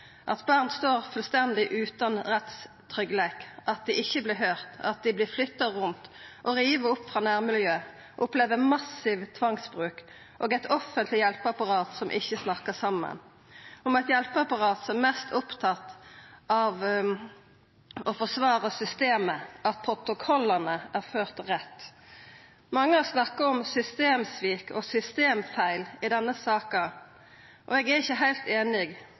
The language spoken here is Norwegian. at barn står fullstendig utan rettstryggleik, at dei ikkje vert høyrde, at dei vert flytta rundt og rivne opp frå nærmiljøet, opplever massiv tvangsbruk og eit offentleg hjelpeapparat som ikkje snakkar saman, og eit hjelpeapparat som er mest opptatt av å forsvara systemet, at protokollane er førte rett. Mange har snakka om systemsvik og systemfeil i denne saka. Eg er ikkje heilt einig.